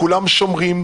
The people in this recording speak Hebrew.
כולם שומרים,